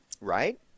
Right